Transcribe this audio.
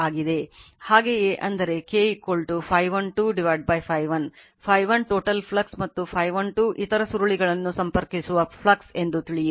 ಹಾಗೆಯೆ ಅಂದರೆ K Φ 12Φ1 Φ1 total flux ಮತ್ತು Φ 1 2 ಇತರ ಸುರುಳಿಯನ್ನು ಸಂಪರ್ಕಿಸುವ ಫ್ಲಕ್ಸ್ ಎಂದು ತಿಳಿಯಿರಿ